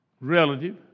Relative